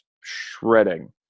shredding